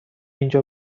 اینجا